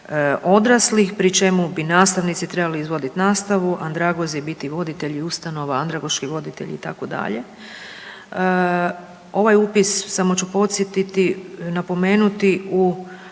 odraslih pri čemu bi nastavnici trebali izvoditi nastavu, andragozi biti voditelji ustanova, andragoški voditelji itd. Ovaj upis samo ću podsjetiti, napomenuti u